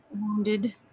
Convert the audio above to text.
wounded